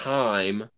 time